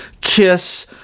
kiss